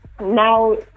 Now